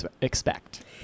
expect